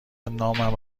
نامم